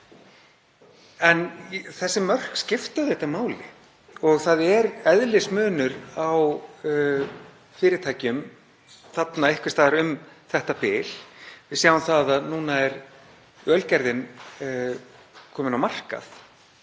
En þessi mörk skipta auðvitað máli og það er eðlismunur á fyrirtækjum þarna einhvers staðar um þetta bil. Við sjáum að núna er Ölgerðin komin á markað,